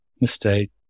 mistake